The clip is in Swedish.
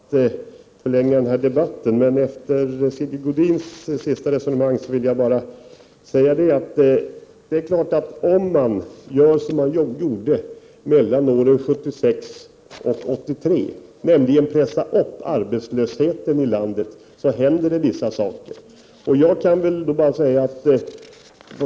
Herr talman! Jag hade inte tänkt förlänga debatten, men efter Sigge Godins senaste resonemang vill jag göra en kommentar. Om man gör så som man gjorde mellan åren 1976 och 1982, dvs. pressar upp arbetslösheten i landet, är det klart att det händer vissa saker.